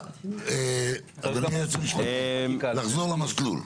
אדוני היועץ המשפטי, לחזור למסלול.